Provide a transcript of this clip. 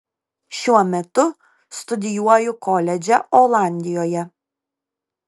šiuo metu studijuoju koledže olandijoje